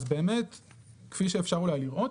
כפי שאפשר לראות,